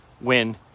win